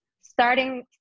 starting